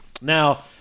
Now